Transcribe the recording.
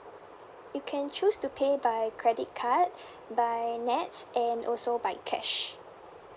you can choose to pay by credit card by NETS and also by cash